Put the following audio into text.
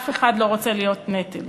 אף אחד לא רוצה להיות נטל.